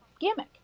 gimmick